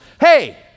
Hey